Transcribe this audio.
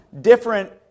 different